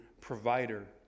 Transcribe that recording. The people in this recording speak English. provider